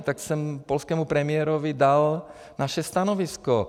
Tak jsem polskému premiérovi dal naše stanovisko.